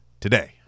today